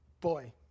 boy